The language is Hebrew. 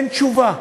אין תשובה.